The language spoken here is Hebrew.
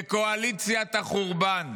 בקואליציית החורבן.